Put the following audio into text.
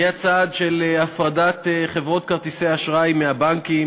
מהצעד של הפרדת חברות כרטיסי האשראי מהבנקים,